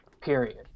period